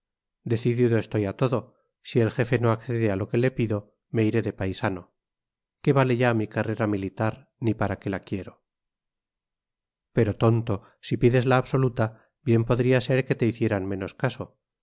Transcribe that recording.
ello decidido estoy a todo si el jefe no accede a lo que le pido me iré de paisano qué vale ya mi carrera militar ni para qué la quiero pero tonto si pides la absoluta bien podría ser que te hicieran menos caso